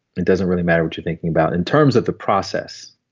it doesn't really matter what you're thinking about in terms of the process,